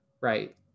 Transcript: right